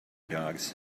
dogs